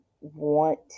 want